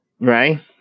Right